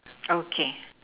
okay